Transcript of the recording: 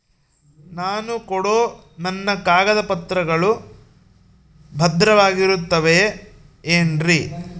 ನಾನು ಕೊಡೋ ನನ್ನ ಕಾಗದ ಪತ್ರಗಳು ಭದ್ರವಾಗಿರುತ್ತವೆ ಏನ್ರಿ?